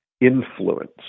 influence